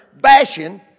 bashing